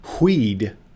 weed